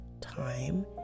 time